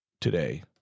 today